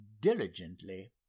diligently